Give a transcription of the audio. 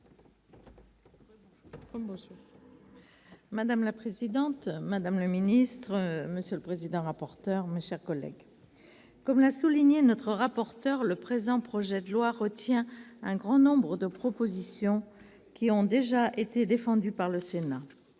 Madame la présidente, madame la ministre, mes chers collègues, comme l'a souligné M. le rapporteur, le présent projet de loi retient un grand nombre de propositions qui ont déjà été défendues par le Sénat.